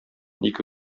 ике